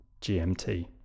GMT